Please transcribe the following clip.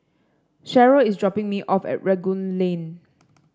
Sheryll is dropping me off at Rangoon Lane